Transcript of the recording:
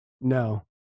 No